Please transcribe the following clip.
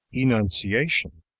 enunciation